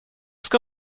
ska